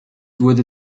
wurde